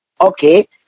Okay